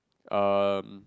um